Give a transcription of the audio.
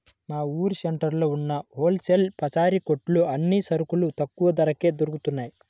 మా ఊరు సెంటర్లో ఉన్న హోల్ సేల్ పచారీ కొట్టులో అన్ని సరుకులు తక్కువ ధరకే దొరుకుతయ్